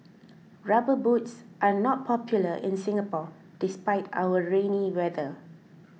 rubber boots are not popular in Singapore despite our rainy weather